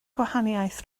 gwahaniaeth